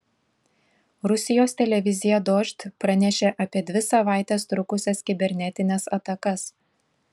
rusijos televizija dožd pranešė apie dvi savaites trukusias kibernetines atakas